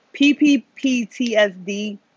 PPPTSD